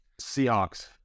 Seahawks